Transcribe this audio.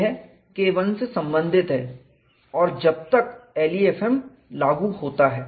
यह KI से संबंधित है जब तक LEFM लागू होता है